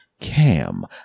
cam